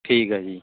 ਠੀਕ ਹੈ ਜੀ